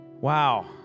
Wow